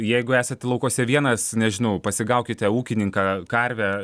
jeigu esate laukuose vienas nežinau pasigaukite ūkininką karvę